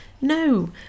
No